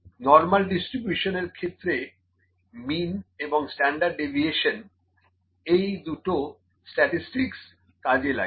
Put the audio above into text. normal ডিস্ট্রিবিউশনের ক্ষেত্রে mean এবং স্ট্যান্ডার্ড ডেভিয়েশন এই 2 টি স্ট্যাটিসটিক্স কাজে লাগে